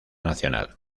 nacional